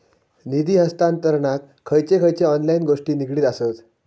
निधी हस्तांतरणाक खयचे खयचे ऑनलाइन गोष्टी निगडीत आसत?